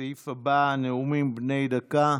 הסעיף הבא, נאומים בני דקה.